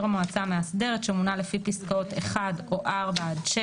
המועצה המאסדרת שמונה לפי פסקאות (1) או (4) עד (6)